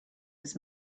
his